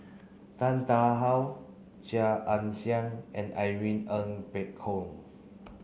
Tan Tarn How Chia Ann Siang and Irene Ng Phek Hoong